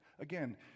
Again